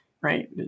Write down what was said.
right